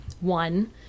One